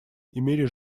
имели